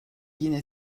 yine